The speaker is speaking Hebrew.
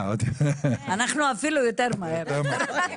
אנחנו אפילו יותר מהר.